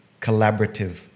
collaborative